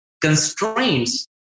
constraints